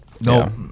No